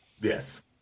Yes